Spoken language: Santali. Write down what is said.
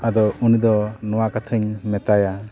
ᱟᱫᱚ ᱩᱱᱤ ᱫᱚ ᱱᱚᱣᱟ ᱠᱟᱛᱷᱟᱧ ᱢᱮᱛᱟᱭᱟ